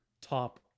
top